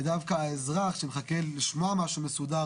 ודווקא האזרח שמחכה לשמוע משהו מסודר